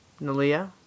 Nalia